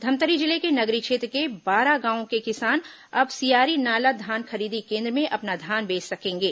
धमतरी जिले के नगरी क्षेत्र के बारह गांवों के किसान अब सियारीनाला धान खरीदी केन्द्र में अपना धान बेच सकेंगे